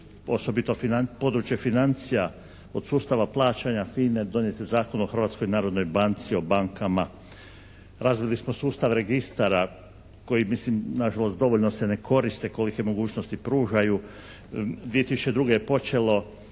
osobito područje financija od sustava plaćanja FINA-e, donijet je Zakon o Hrvatskoj narodnoj banci, o bankama, razvili smo sustav registara koji mislim na žalost dovoljno se ne koriste kolike mogućnosti pružaju. 2002. je počelo